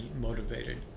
motivated